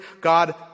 God